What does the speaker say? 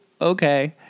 okay